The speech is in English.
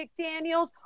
McDaniels